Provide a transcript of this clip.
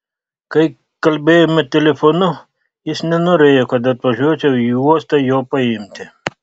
kai kalbėjome telefonu jis nenorėjo kad atvažiuočiau į uostą jo paimti